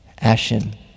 ashen